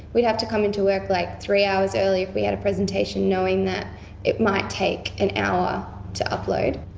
we'd have to come into work like three hours early if we had a presentation knowing that it might take an hour to upload.